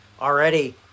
Already